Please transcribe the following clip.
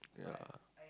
yeah